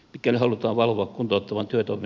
mikäli halutaan valvoa kuntatuotetun